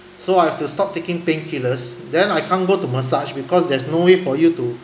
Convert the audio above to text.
so I have to stop taking painkillers then I can't go to massage because there's no way for you to